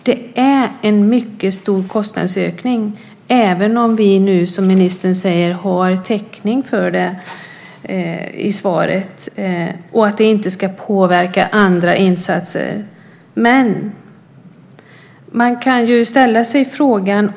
Det är en mycket stor kostnadsökning, även om ministern i svaret säger att vi har täckning för det och att det inte ska påverka andra insatser.